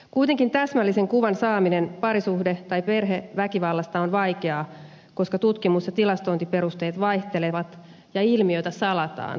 kuitenkin täsmällisen kuvan saaminen parisuhde tai perheväkivallasta on vaikeaa koska tutkimus ja tilastointiperusteet vaihtelevat ja ilmiötä salataan edelleen